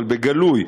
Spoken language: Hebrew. אבל בגלוי,